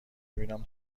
میبینم